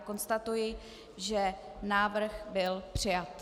Konstatuji, že návrh byl přijat.